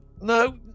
No